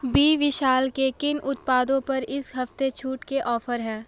B Vishal के किन उत्पादों पर इस हफ़्ते छूट के ऑफ़र हैं